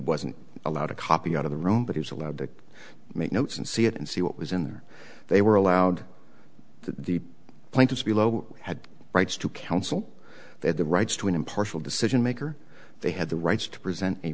wasn't allowed a copy out of the room but he was allowed to make notes and see it and see what was in there they were allowed the plaintiff had rights to counsel their rights to an impartial decision maker they had the rights to present a